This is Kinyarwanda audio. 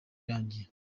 irangiye